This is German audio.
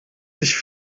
sich